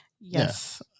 Yes